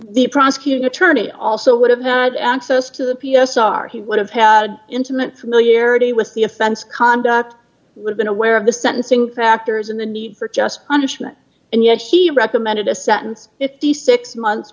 the prosecuting attorney also would have had access to the p s r he would have had intimate familiarity with the offense conduct we've been aware of the sentencing factors and the need for just punishment and yet she recommended a sentence if the six months